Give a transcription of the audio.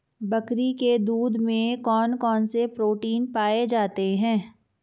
बकरी के दूध में कौन कौनसे प्रोटीन पाए जाते हैं?